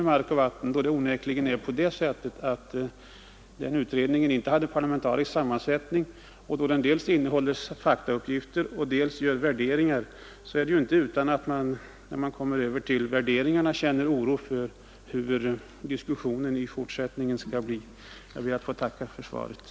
Eftersom utredningen, som inte var parlamentariskt sammansatt, dels lämnar faktauppgifter, dels gör värderingar, finns det anledning att oroa sig för den fortsatta diskussionen, speciellt när man kommit in på värderingarna.